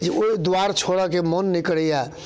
जे ओ द्वार छोड़यके मोन नहि करैए